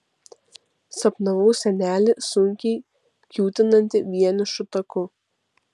sapnavau senelį sunkiai kiūtinantį vienišu taku